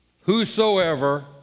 Whosoever